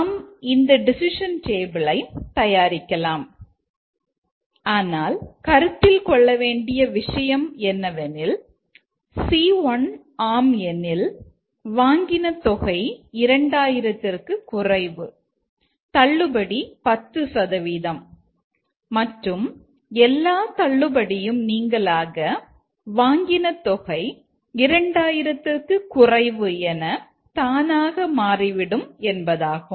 நாம் டேபிளை தயாரிக்கலாம் ஆனால் கருத்தில் கொள்ள வேண்டிய விஷயம் என்னவெனில் C1 ஆம் எனில் வாங்கின தொகை 2000 ற்கு குறைவு தள்ளுபடி 10 சதவீதம் மற்றும் எல்லா தள்ளுபடியும் நீங்கலாக வாங்கின தொகை 2000 ற்கு குறைவு என தானாக மாறிவிடும் என்பதாகும்